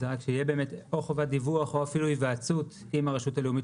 שיהיה באמת או חובת דיווח או אפילו היוועצות עם הרשות הלאומית